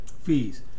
fees